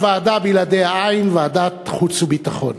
אבל ועדה בלעדיה אַין, ועדת חוץ וביטחון.